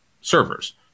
servers